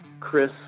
Chris